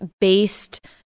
based